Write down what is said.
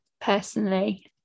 personally